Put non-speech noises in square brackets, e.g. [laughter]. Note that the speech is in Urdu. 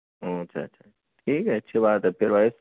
[unintelligible] اچھا اچھا ٹھیک ہے اچھی بات ہے پھر بائے